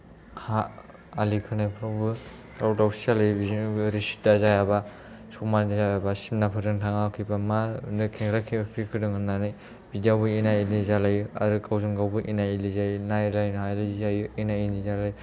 हा आलि खोनायफोरावबो दावराव दावसि जालायो बिदिनो ओरै सिदा जायाबा समान जायाबा सिमनाफोरजों थाङाखैबा मानो खेंख्रा खेंख्रि खोदों होननानै बिदियावबो एना एनि जालायो आरो गावजों गावबो एना एनि जायो नायलायनो हायै एना एनि जालायो